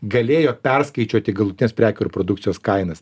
galėjo perskaičiuoti galutines prekių ir produkcijos kainas